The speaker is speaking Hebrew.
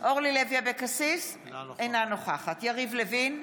אינה נוכחת יריב לוין,